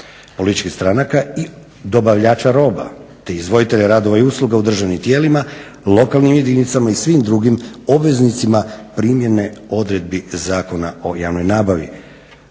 političkih stranaka i dobavljača roba, te izvoditelja radova i usluga u državnim tijelima, lokalnim jedinicama i svim drugim obveznicima primjene odredbi Zakona o javnoj nabavi.